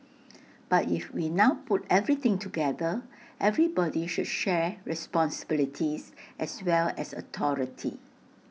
but if we now put everything together everybody should share responsibilities as well as authority